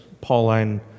Pauline